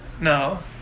No